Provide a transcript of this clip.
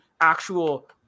actual